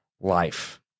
life